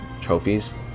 trophies